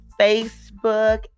Facebook